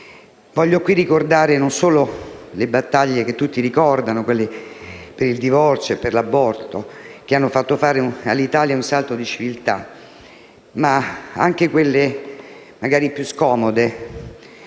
Voglio qui ricordare non solo le battaglie che tutti ricordano, quelle per il divorzio e l'aborto, che hanno fatto fare all'Italia un salto di civiltà, ma anche quelle, magari più scomode,